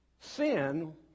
sin